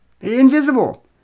Invisible